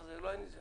זה לא היה נזרק.